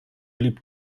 blieb